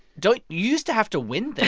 don't you used to have to win things.